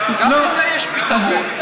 גם לזה יש פתרון.